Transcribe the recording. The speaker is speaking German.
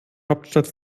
hauptstadt